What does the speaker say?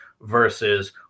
versus